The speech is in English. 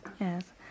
Yes